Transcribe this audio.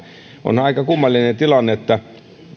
on aika kummallinen tilanne että